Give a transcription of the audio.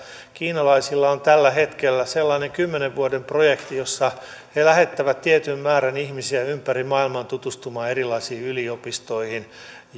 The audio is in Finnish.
kiinalaisilla on tällä hetkellä sellainen kymmenen vuoden projekti jossa he lähettävät tietyn määrän ihmisiä ympäri maailmaa tutustumaan erilaisiin yliopistoihin